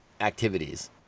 activities